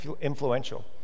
influential